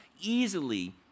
Easily